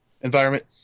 environment